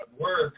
work